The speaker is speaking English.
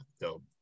dope